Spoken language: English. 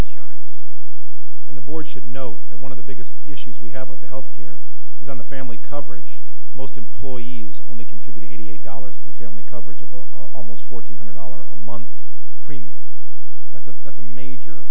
insurance and the board should know that one of the biggest issues we have with the health care is on the family coverage most employees only contribute eighty eight dollars to a family coverage of almost four hundred dollars a month premium that's a that's a major